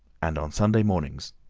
and on sunday mornings,